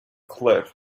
cliff